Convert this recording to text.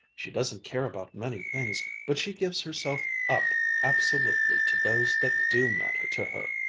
she doesn't care about many things, but she gives herself up absolutely to those that do matter to her.